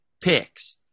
Picks